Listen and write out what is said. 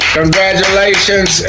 congratulations